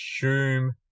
assume